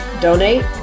donate